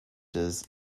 does